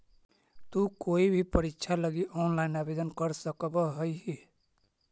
तु कोई भी परीक्षा लगी ऑनलाइन आवेदन कर सकव् हही